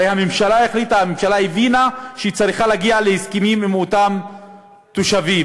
הרי הממשלה הבינה שהיא צריכה להגיע להסכמים עם אותם תושבים.